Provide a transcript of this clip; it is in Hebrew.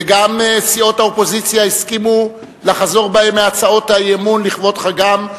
וגם סיעות האופוזיציה הסכימו לחזור בהן מהצעות האי-אמון לכבוד חגם,